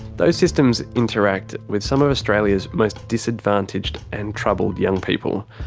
those systems interact with some of australia's most disadvantaged and troubled young people.